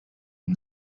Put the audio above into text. him